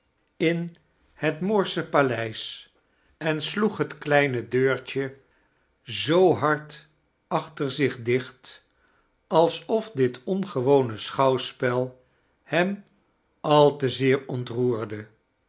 in het moorsche paleis en sloeg het kleine denrtje zoo hard achter zich j dioht alsof dit ongewoue schouwspel hem al te zeeir ontroerde